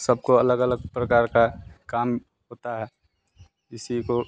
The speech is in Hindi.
सबको अलग अलग प्रकार का काम होता है किसी को